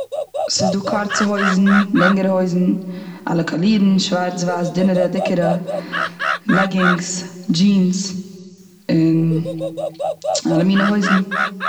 סאיז דא קורצערע הויזן, לענגערע הויזן. אלע קאלירן שווארץ, ווייס, דינערע דיקערע. לעגינגס, דזשינס, און אלע מיני הויזן.